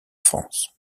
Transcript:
france